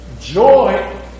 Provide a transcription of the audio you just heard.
joy